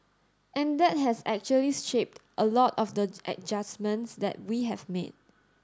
and that has actually shaped a lot of the adjustments that we have made